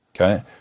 Okay